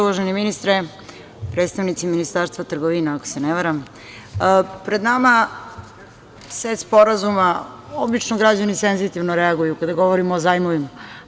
Uvaženi ministre, predstavnici Ministarstva trgovine, ako se ne varam, pred nama set sporazuma, obično građani senzitivno reaguju kada govorimo o zajmovima.